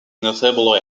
notable